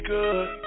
good